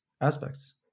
aspects